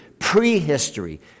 prehistory